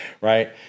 Right